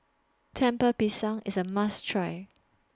Lemper Pisang IS A must Try